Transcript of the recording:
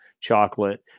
chocolate